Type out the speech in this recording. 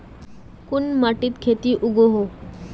कोन माटित खेती उगोहो?